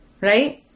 Right